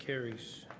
carries.